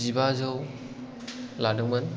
जिबाजौ लादोंमोन